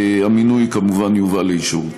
המינוי כמובן יובא לאישור.